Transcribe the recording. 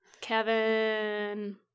kevin